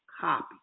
copy